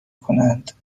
کنند